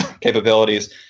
capabilities